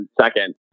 second